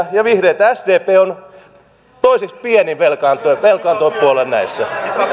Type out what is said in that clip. ja vihreät sdp on toiseksi pienin velkaantujapuolue näissä